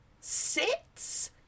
sits